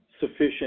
sufficient